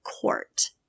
court